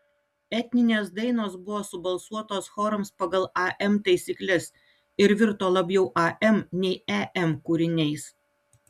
etninės dainos buvo subalsuotos chorams pagal am taisykles ir virto labiau am nei em kūriniais